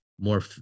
more